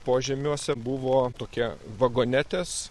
požemiuose buvo tokia vagonetės